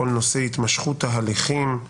כל נושא התמשכות ההליכים,